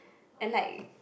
and like